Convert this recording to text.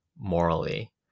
morally